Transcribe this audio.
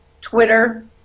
Twitter